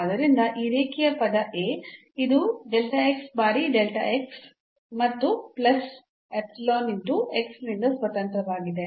ಆದ್ದರಿಂದ ಈ ರೇಖೀಯ ಪದ A ಇದು ಬಾರಿ ಮತ್ತು ಪ್ಲಸ್ ϵ x ನಿಂದ ಸ್ವತಂತ್ರವಾಗಿದೆ